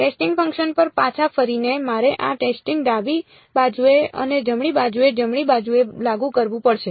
testing function પર પાછા ફરીને મારે આ ટેસ્ટિંગને ડાબી બાજુએ અને જમણી બાજુએ જમણી બાજુએ લાગુ કરવું પડશે